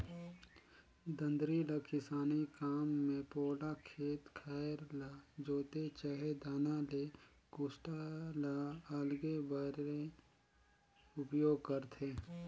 दँतरी ल किसानी काम मे पोला खेत खाएर ल जोते चहे दाना ले कुसटा ल अलगे करे बर उपियोग करथे